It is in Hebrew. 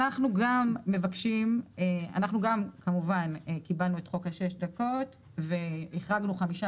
גם אנחנו כמובן קיבלנו את חוק שש הדקות והחרגנו 15%,